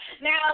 Now